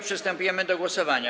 Przystępujemy do głosowania.